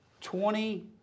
Twenty-